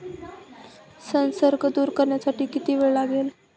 संसर्ग दूर करण्यासाठी किती वेळ लागेल?